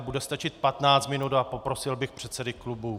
Bude stačit 15 minut a poprosil bych předsedy klubů.